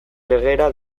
legera